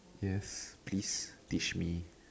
yes please teach me